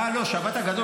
אה, לא, השבת הגדול.